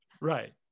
Right